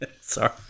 sorry